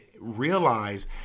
realize